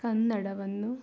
ಕನ್ನಡವನ್ನು